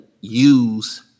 use